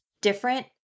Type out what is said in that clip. different